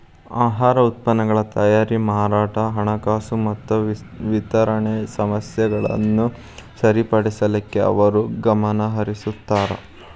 ಆಹಾರ ಉತ್ಪನ್ನಗಳ ತಯಾರಿ ಮಾರಾಟ ಹಣಕಾಸು ಮತ್ತ ವಿತರಣೆ ಸಮಸ್ಯೆಗಳನ್ನ ಸರಿಪಡಿಸಲಿಕ್ಕೆ ಅವರು ಗಮನಹರಿಸುತ್ತಾರ